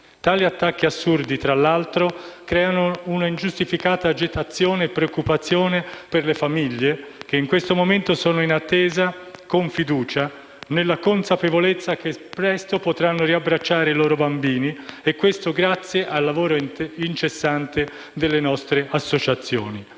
tali attacchi assurdi creano una ingiustificata agitazione e preoccupazioni per le famiglie che in questo momento sono in attesa, con fiducia, nella consapevolezza che presto potranno abbracciare i loro bambini, e questo grazie al lavoro incessante delle nostre associazioni.